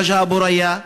רג'א אבו ריא,